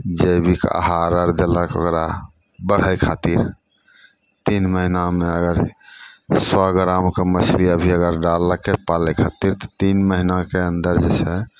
जैविक आहार आओर देलक ओकरा बढ़ै खातिर तीन महिनामे अगर सओ ग्रामके मछली अभी अगर डाललकै पालै खातिर तऽ तीन महिनाके अन्दर जे छै